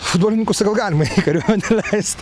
futbolininkus sakau galima į kariuomenę leist